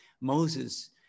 Moses